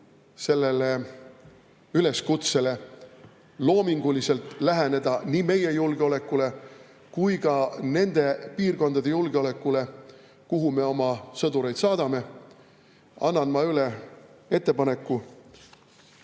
sellele üleskutsele loominguliselt läheneda nii meie julgeolekule kui ka nende piirkondade julgeolekule, kuhu me oma sõdureid saadame, annan ma üle ettepaneku